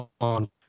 on